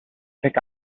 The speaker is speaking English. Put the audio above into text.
pick